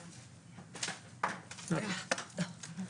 בבקשה.